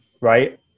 Right